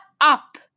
up